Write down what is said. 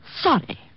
Sorry